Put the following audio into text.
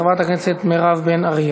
חברת הכנסת מירב בן ארי.